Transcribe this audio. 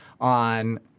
on –